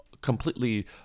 completely